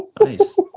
Nice